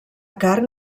carn